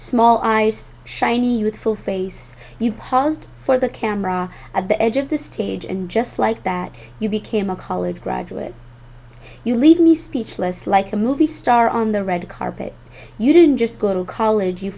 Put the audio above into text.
small i use shiny youthful face you paused for the camera at the edge of the stage and just like that you became a college graduate you leave me speechless like a movie star on the red carpet you didn't just go to college you